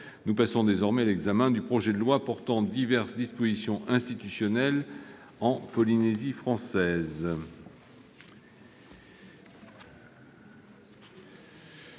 Nous passons à l'examen des articles du projet de loi portant diverses dispositions institutionnelles en Polynésie française.